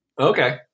okay